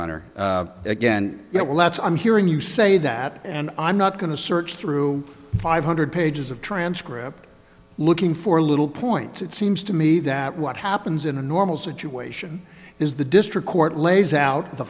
honor again you know well that's i'm hearing you say that and i'm not going to search through five hundred pages of transcript looking for little points it seems to me that what happens in a normal situation is the district court lays out the